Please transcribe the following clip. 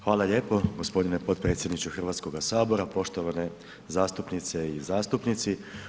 Hvala lijepo gospodine potpredsjedniče Hrvatskoga sabora, poštovane zastupnice i zastupnici.